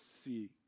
see